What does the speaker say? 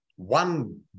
One